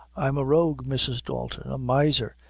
i'm a rogue, mrs. dalton a miser,